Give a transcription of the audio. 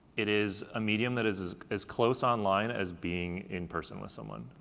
it is a medium that is is as close online as being in person with someone,